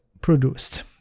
produced